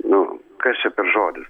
nu kas čia per žodis